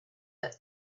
that